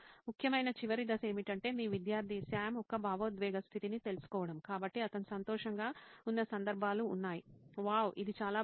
ముఖ్యమైన చివరి దశ ఏమిటంటే మీ విద్యార్థి సామ్ యొక్క భావోద్వేగ స్థితిని తెలుసుకోవడం కాబట్టి అతను సంతోషంగా ఉన్న సందర్భాలు ఉన్నాయి వావ్ ఇది చాలా బాగుంది